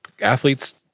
athletes